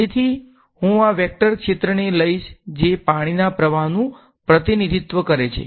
તેથી હું આ વેક્ટર ક્ષેત્રને લઈશ જે પાણીના પ્રવાહનું પ્રતિનિધિત્વ કરે છે